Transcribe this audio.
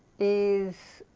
is